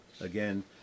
again